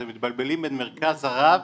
אתם מתבלבלים בין מרכז הרב,